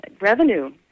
revenue